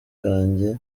kanjye